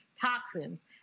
toxins